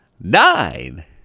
Nine